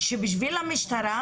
שבשביל המשטרה,